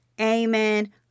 Amen